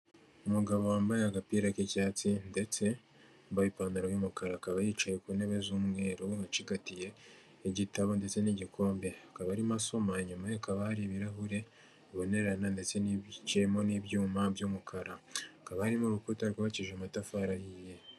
Umugabo wambaye agapira k'icyatsi ndetse wambaye ipantaro y'umukara, akaba yicaye ku ntebe z'umweru acigatiye igitabo ndetse n'igikombe. Akaba arimo asoma inyuma ye hakaba hari ibirahure bibonerana ndetse biciyemo n'ibyuma by'umukara. Hakaba hari n'urukuta rwubakishije amatafari ahiye.